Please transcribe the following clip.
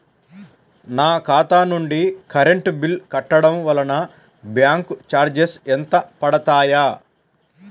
నా ఖాతా నుండి కరెంట్ బిల్ కట్టడం వలన బ్యాంకు చార్జెస్ ఎంత పడతాయా?